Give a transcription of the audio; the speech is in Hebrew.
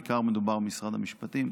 בעיקר מדובר משרד המשפטים.